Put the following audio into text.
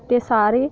ते सारे